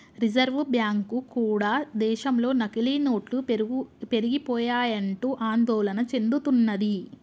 reserve bank కూడా దేశంలో నకిలీ నోట్లు పెరిగిపోయాయంటూ ఆందోళన చెందుతున్నది